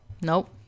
Nope